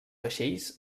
vaixells